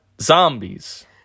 zombies